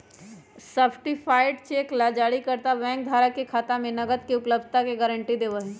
certified cheque ला जारीकर्ता bank धारक के खाता में नकद के उपलब्धता के गारंटी देवा हई